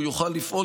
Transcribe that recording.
הוא יוכל לפעול,